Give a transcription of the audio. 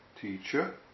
teacher